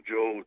Joe